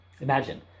imagine